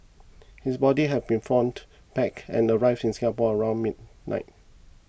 his body have been flown back and arrived in Singapore around midnight